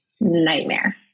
nightmare